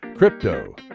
Crypto